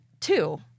two